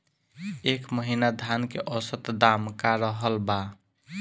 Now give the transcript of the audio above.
एह महीना धान के औसत दाम का रहल बा?